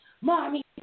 Mommy